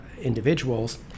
individuals